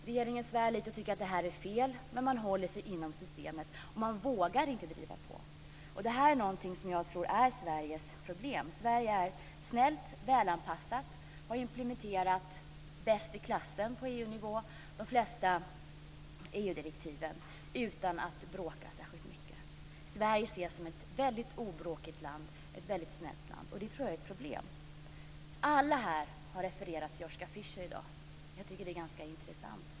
Regeringen svär lite och tycker att det är fel, men man håller sig inom systemet. Man vågar inte driva på. Det här är någonting som jag tror är Sveriges problem. Sverige är snällt, välanpassat och har bäst i klassen på EU nivå implementerat de flesta EU-direktiven utan att bråka särskilt mycket. Sverige ses som ett väldigt obråkigt land och ett väldigt snällt land, och det tror jag är ett problem. Alla här i dag har refererat till Joschka Fischer. Jag tycker att det är ganska intressant.